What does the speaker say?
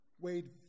weighed